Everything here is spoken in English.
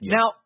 Now